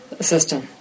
system